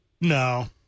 No